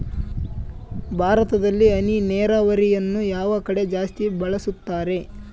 ಭಾರತದಲ್ಲಿ ಹನಿ ನೇರಾವರಿಯನ್ನು ಯಾವ ಕಡೆ ಜಾಸ್ತಿ ಬಳಸುತ್ತಾರೆ?